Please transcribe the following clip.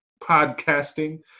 podcasting